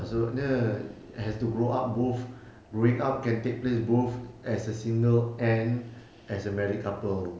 maksud dia has to grow up both growing up can take place both as a single and as a married couple